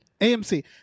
amc